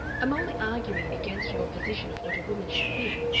i'm only arguing against your position of what a woman should be,